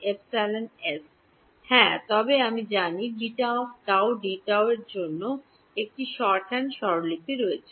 epsilon s হ্যাঁ তবে আমি জানি β τ dτ এর জন্য একটি শর্টহ্যান্ড স্বরলিপি রয়েছে